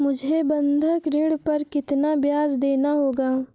मुझे बंधक ऋण पर कितना ब्याज़ देना होगा?